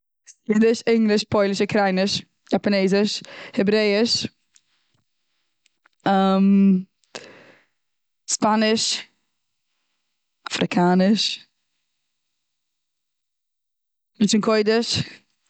אידיש, ענגליש, פויליש, אוקרייניש, יאפענעזיש, העברעיש, ספאניש, אפריקאניש, לשון קודש.